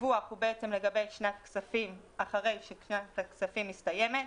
הדיווח הוא לגבי שנת כספים לאחר ששנת הכספים מסתיימת.